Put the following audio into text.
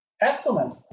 Excellent